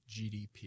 GDP